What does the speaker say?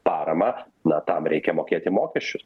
paramą na tam reikia mokėti mokesčius